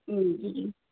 जी